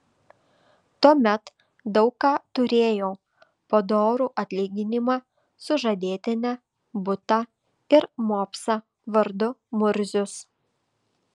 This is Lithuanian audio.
tuomet daug ką turėjau padorų atlyginimą sužadėtinę butą ir mopsą vardu murzius